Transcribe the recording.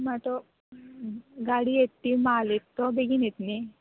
म्हणल्यार तो गाडी येता ती म्हाल येता तो बेगीन येता न्हय